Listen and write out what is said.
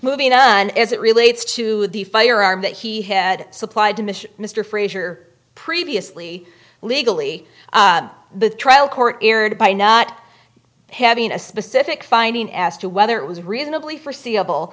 moving on and as it relates to the firearm that he had supplied to mr frazier previously legally the trial court erred by not having a specific finding as to whether it was reasonably forseeable